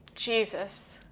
Jesus